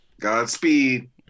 Godspeed